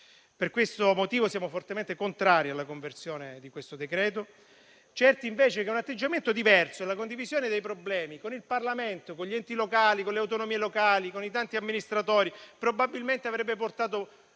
Per questo motivo, siamo fortemente contrari alla conversione di questo decreto-legge, certi invece che un atteggiamento diverso e la condivisione dei problemi con il Parlamento, con gli enti locali, con le autonomie locali e con i tanti amministratori probabilmente avrebbero portato